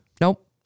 Nope